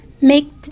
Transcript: make